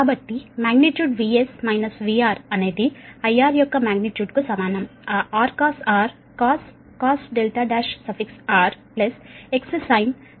కాబట్టి magnitude VS minus VR అనేది IR యొక్క మాగ్నిట్యూడ్ కు సమానం ఆ R cos R cos R1 X sin R1